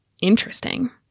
interesting